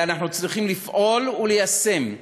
אלא אנחנו צריכים לפעול וליישם,